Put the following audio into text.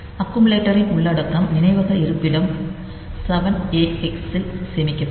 அக்குமுலேட்டரின் உள்ளடக்கம் நினைவக இருப்பிடம் 7a ஹெக்ஸில் சேமிக்கப்படும்